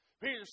Peter